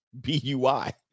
b-u-i